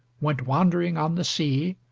went wandering on the sea,